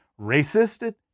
racist